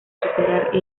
superar